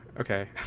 okay